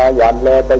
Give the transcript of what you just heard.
and la um la but